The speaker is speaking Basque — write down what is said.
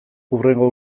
hurrengo